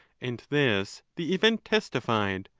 and this the event testified,